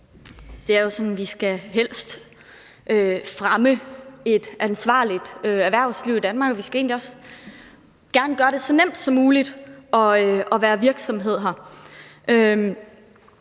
Det er jo sådan, at vi helst skal fremme et ansvarligt erhvervsliv i Danmark, og vi skal egentlig også gerne gøre det så nemt som muligt at være virksomhed her.